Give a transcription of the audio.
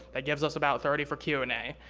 that gives us about thirty for q and a.